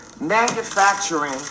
manufacturing